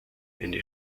eine